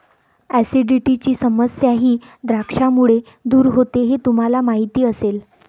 ऍसिडिटीची समस्याही द्राक्षांमुळे दूर होते हे तुम्हाला माहिती असेल